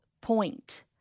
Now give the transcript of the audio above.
point